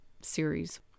series